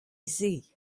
zeiz